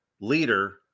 leader